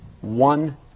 one